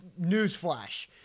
Newsflash